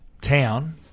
town